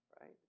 right